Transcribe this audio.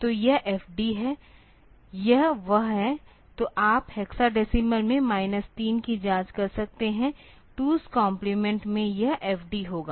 तो यह FD है यह वह है तो आप हेक्साडेसिमल में माइनस 3 की जांच कर सकते हैं ट्वोस कॉम्प्लीमेंट में यह FD होगा